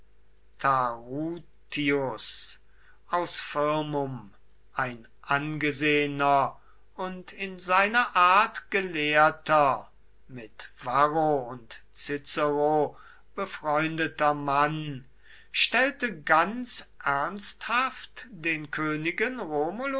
aus firmum ein angesehener und in seiner art gelehrter mit varro und cicero befreundeter mann stellte ganz ernsthaft den königen